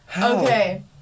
Okay